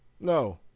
No